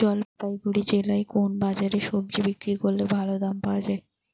জলপাইগুড়ি জেলায় কোন বাজারে সবজি বিক্রি করলে ভালো দাম পাওয়া যায়?